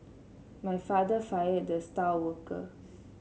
my father fired the star worker